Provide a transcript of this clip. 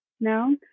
now